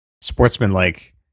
sportsman-like